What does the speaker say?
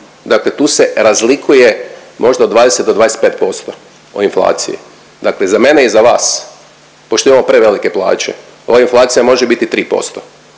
dakle tu se razliku možda od 20 do 25% o inflaciji. Dakle za mene i za vas, pošto imamo prevelike plaće, ova inflacija može biti 3%,